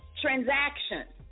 transactions